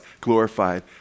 glorified